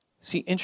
See